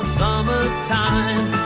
summertime